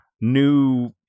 new